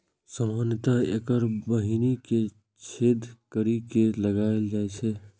सामान्यतः एकर बीहनि कें छेद करि के लगाएल जाइ छै